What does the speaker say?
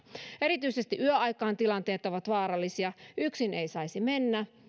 erityisesti yöaikaan tilanteet ovat vaarallisia yksin ei saisi mennä